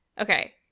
okay